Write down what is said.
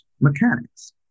mechanics